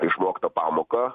išmoktą pamoką